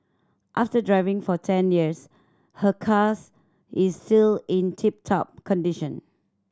after driving for ten years her cars is still in tip top condition